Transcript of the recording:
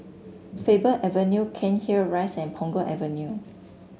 Faber Avenue Cairnhill Rise and Punggol Avenue